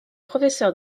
professeur